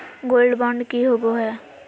Gold bond की होबो है?